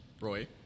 Roy